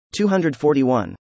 241